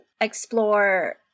explore